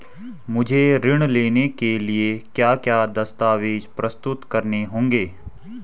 मुझे ऋण लेने के लिए क्या क्या दस्तावेज़ प्रस्तुत करने होंगे?